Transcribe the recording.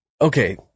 okay